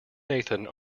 nathan